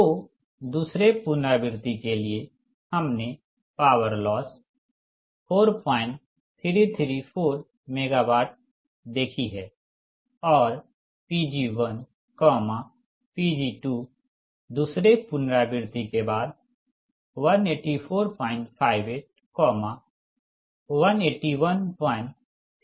तो दूसरे पुनरावृति के लिए हमने पावर लॉस 4334 MW देखी हैं और Pg1 Pg2 दूसरा पुनरावृति के बाद 18458 18131 MW है